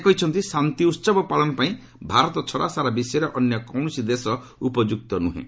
ସେ କହିଛନ୍ତି ଶାନ୍ତି ଉହବ ପାଳନ ପାଇଁ ଭାରତ ଛଡ଼ା ସାରା ବିଶ୍ୱରେ ଅନ୍ୟ କୌଣସି ଦେଶ ଉପଯୁକ୍ତ ନୁହେଁ